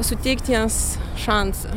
suteikt jiems šansą